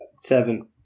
Seven